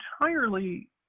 entirely